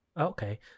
Okay